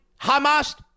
Hamas